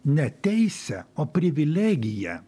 ne teisę o privilegiją